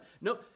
No